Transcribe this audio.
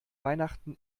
weihnachten